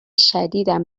شدیدم